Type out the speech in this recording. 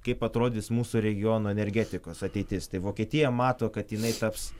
kaip atrodys mūsų regiono energetikos ateitis tai vokietija mato kad jinai taps